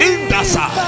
Indasa